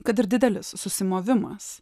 kad ir didelis susimovimas